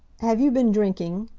have you been drinking?